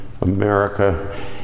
America